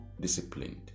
disciplined